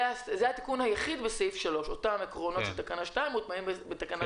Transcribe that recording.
זה התיקון היחיד בסעיף 3. אותם עקרונות של תקנה 2 מוטמעים בתקנה